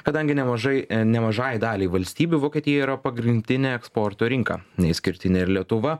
kadangi nemažai nemažai daliai valstybių vokietija yra pagrindinė eksporto rinka neišskirtinė ir lietuva